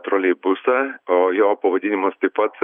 troleibusą o jo pavadinimas taip pat